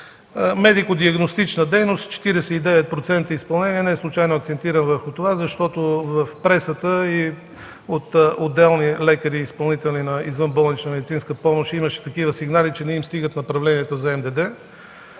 Медико-диагностична дейност – 49% изпълнение. Неслучайно акцентирах върху това, защото в пресата и от отделни лекари и изпълнители на извънболнична медицинска помощ имаше такива сигнали, че не им стигат направленията за МДД.